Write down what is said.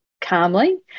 calmly